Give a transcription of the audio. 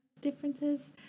differences